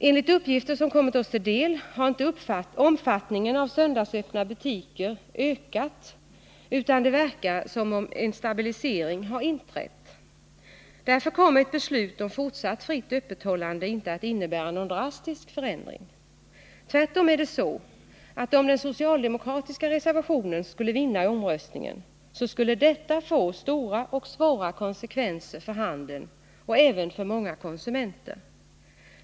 Enligt uppgifter som kommit oss till del har inte omfattningen av söndagsöppna butiker ökat, utan det verkar som om en stabilisering har inträtt. Därför kommer ett beslut om fortsatt fritt öppethållande inte att innebära någon drastisk förändring. Tvärtom är det så att om den socialdemokratiska reservationen skulle vinna i omröstningen skulle det få stora och svåra konsekvenser för handeln och även för många konsumenter.